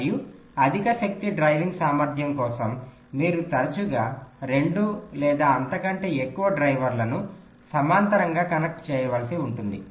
మరియు అధిక శక్తి డ్రైవింగ్ సామర్ధ్యం కోసం మీరు తరచుగా 2 లేదా అంతకంటే ఎక్కువ డ్రైవర్లను సమాంతరంగా కనెక్ట్ చేయవలసి ఉంటుంది